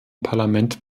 parlament